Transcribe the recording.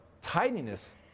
tidiness